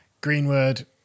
Greenwood